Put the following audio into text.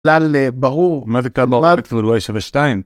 כלל ברור.. מה זה כלל ברור? x כבר לא יהיה שווה 2?